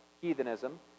heathenism